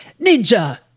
Ninja